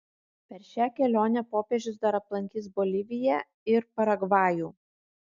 per šią kelionę popiežius dar aplankys boliviją ir paragvajų